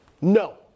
No